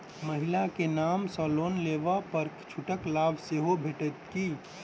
महिला केँ नाम सँ लोन लेबऽ पर छुटक लाभ सेहो भेटत की?